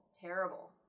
terrible